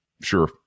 sure